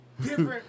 different